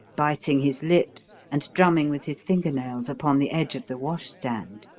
biting his lips and drumming with his finger nails upon the edge of the washstand.